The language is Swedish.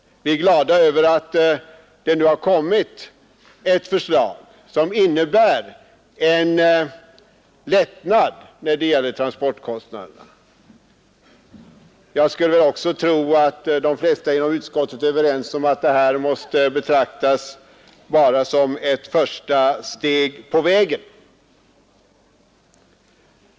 Vi är glada över att det nu har framlagts ett förslag som innebär en lättnad när det gäller transportkostnaderna. Jag skulle också tro att de flesta inom utskottet är överens om att det här måste betraktas bara som ett första steg på vägen.